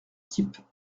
type